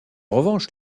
revanche